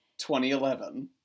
2011